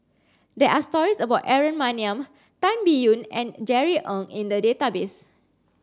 there are stories about Aaron Maniam Tan Biyun and Jerry Ng in the database